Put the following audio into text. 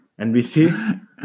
nbc